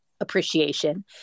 appreciation